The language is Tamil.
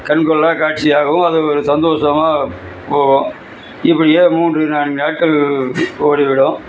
கண்கொள்ளாத காட்சியாகவும் அது ஒரு சந்தோசமா போகும் இப்படியே மூன்று நான்கு நாட்கள் ஓடிவிடும்